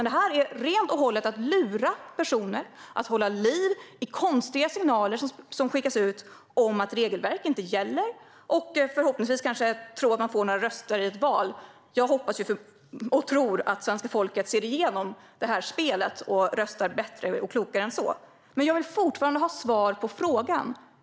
Det här handlar helt och hållet om att lura personer och att hålla liv i konstiga signaler som skickas ut om att regelverk inte gäller. Ni tror kanske att ni förhoppningsvis ska få några extra röster i valet. Jag hoppas och tror att svenska folket ser igenom detta spel och röstar bättre och klokare än så. Jag vill dock fortfarande ha svar på min fråga.